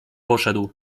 poszedł